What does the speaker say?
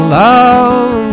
love